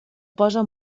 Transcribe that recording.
posa